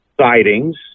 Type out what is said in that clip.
sightings